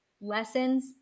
lessons